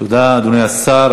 תודה, אדוני השר.